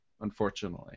unfortunately